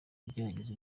igerageza